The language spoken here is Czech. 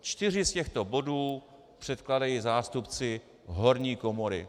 Čtyři z těchto bodů předkládají zástupci horní komory.